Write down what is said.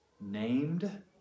named